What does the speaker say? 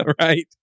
Right